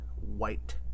white